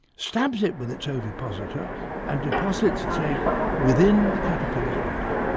stabs it with its ovipositor and deposits its egg within the caterpillar's body.